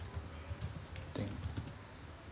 thanks